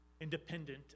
independent